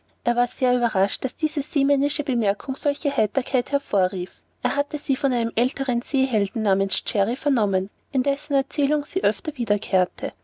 er war sehr überrascht daß diese seemännische bemerkung solche heiterkeit hervorrief er hatte sie von einem älteren seehelden namens jerry vernommen in dessen erzählungen sie öfter wiederkehrte